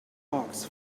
hawks